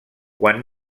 quan